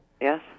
Yes